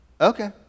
Okay